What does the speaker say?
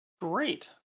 Great